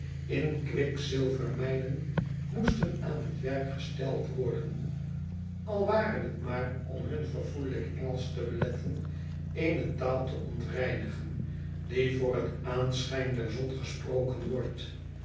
in kwikzilvermijnen moesten aan het werk gesteld worden al ware het maar om hun verfoeilijk engelsch te beletten eene taal te ontreinigen die voor het aanschijn der zon gesproken wordt